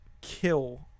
kill